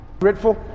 Grateful